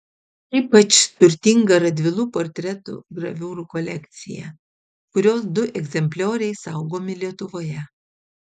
ypač turtinga radvilų portretų graviūrų kolekcija kurios du egzemplioriai saugomi lietuvoje